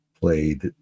played